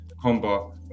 combo